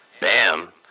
bam